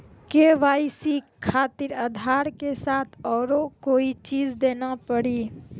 KYC खातिर आधार के साथ औरों कोई चीज देना पड़ी?